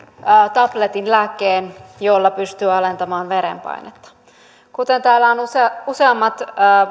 tabletin lääkkeen jolla pystyy alentamaan verenpainetta kuten täällä ovat useammat